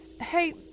Hey